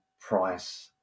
price